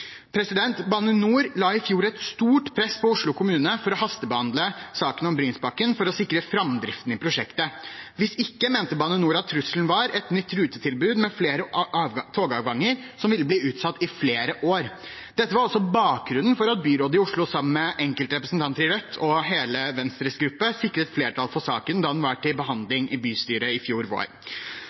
Bane NOR la i fjor et stort press på Oslo kommune for å hastebehandle saken om Brynsbakken for å sikre framdriften i prosjektet, hvis ikke mente Bane NOR at trusselen var at et nytt rutetilbud med flere togavganger ville bli utsatt i flere år. Dette var også bakgrunnen for at byrådet i Oslo, sammen med enkeltrepresentanter i Rødt og hele Venstres gruppe, sikret flertall for saken da den var til behandling i bystyret i fjor vår.